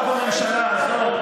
לא בממשלה הזאת,